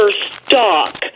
Stock